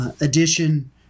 edition